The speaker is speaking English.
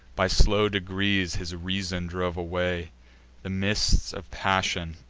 by slow degrees his reason drove away the mists of passion,